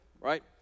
right